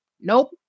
Nope